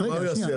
מה הוא יעשה?